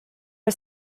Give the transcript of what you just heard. was